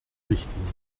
richtlinie